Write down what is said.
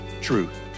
truth